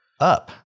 up